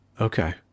Okay